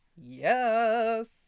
Yes